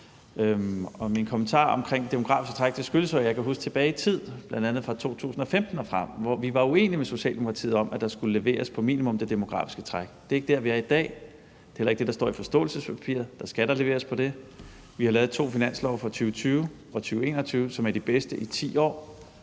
min kommentar omkring det demografiske træk skyldes jo, at jeg kan huske tilbage i tiden, bl.a. fra 2015 og frem, hvor vi var uenige med Socialdemokratiet om, at der skulle leveres på minimum det demografiske træk. Det er ikke der, vi er i dag, og det er heller ikke det, der står i forståelsespapiret; der skal der leveres på det. Vi har lavet to finanslove, en for 2020 og en for 2021, som er de bedste i 10 år;